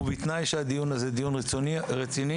ובתנאי שהדיון הזה הוא דיון רציני.